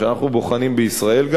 שאנחנו בוחנים גם בישראל,